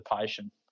patient